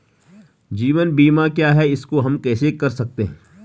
जीवन बीमा क्या है इसको हम कैसे कर सकते हैं?